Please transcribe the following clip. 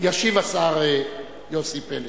ישיב השר יוסי פלד.